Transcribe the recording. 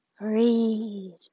Read